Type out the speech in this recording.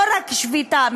לא רק שביתה,